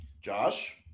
Josh